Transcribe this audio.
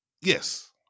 Yes